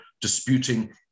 disputing